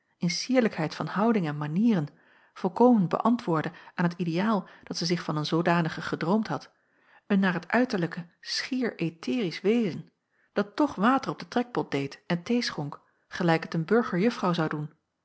in cierlijkheid van houding en manieren volkomen beäntwoordde aan t ideaal dat zij zich van een zoodanige gedroomd had een naar t uiterlijke schier etherisch wezen dat toch water op de trekpot deed en thee schonk gelijk t een burgerjuffrouw zou doen